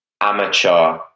amateur